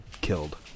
killed